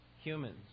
humans